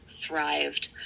thrived